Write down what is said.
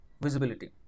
visibility